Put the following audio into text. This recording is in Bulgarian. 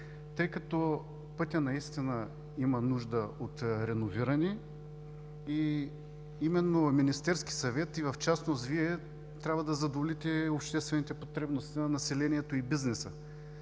тъй като пътят наистина има нужда от реновиране и именно Министерският съвет и в частност Вие трябва да задоволите обществените потребности на населението и бизнеса.